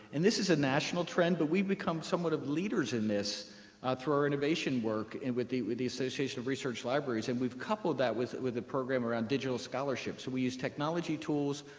and this is a national trend, but we've become somewhat of leaders in this through our innovation work and with the with the association of research libraries. and we've couple that with with a program around digital scholarship. so we use technology tools.